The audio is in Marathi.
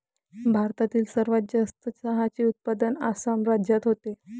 भारतातील सर्वात जास्त चहाचे उत्पादन आसाम राज्यात होते